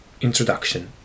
Introduction